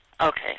Okay